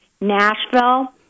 Nashville